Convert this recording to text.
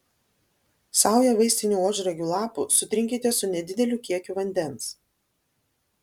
saują vaistinių ožragių lapų sutrinkite su nedideliu kiekiu vandens